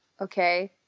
okay